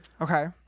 Okay